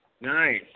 Nice